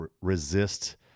resist